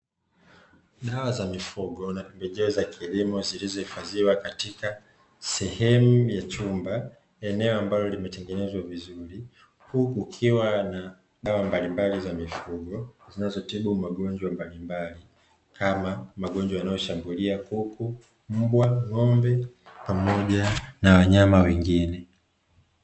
Dawa za mifugo na pembejeo za kilimo zilizo hifadhiwa katika sehemu ya chumba, eneo ambalo tengenezwa vizuri. Huku kukiwa na dawa mbalimbali za mifugo, zinazo tibu magonjwa mbalimbali kama magonjwa yanayoshambulia kuku, mbwa, ng'ombe pamoja na wanyama wengine